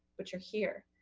but you're here,